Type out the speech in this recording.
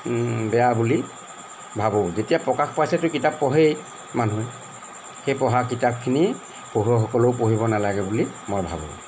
বেয়া বুলি ভাবোঁ যেতিয়া প্ৰকাশ পাইছেতো কিতাপ পঢ়েই মানুহে সেই পঢ়া কিতাপখিনি পঢ়ুৱৈসকলেও পঢ়িব নেলাগে বুলি মই ভাবোঁ